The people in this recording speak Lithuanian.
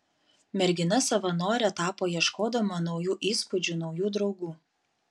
mergina savanore tapo ieškodama naujų įspūdžių naujų draugų